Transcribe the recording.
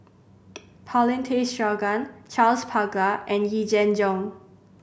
Paulin Tay Straughan Charles Paglar and Yee Jenn Jong